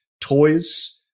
toys